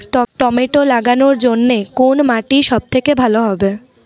Tomato লাগানোর জন্যে কোন মাটি সব থেকে ভালো হবে?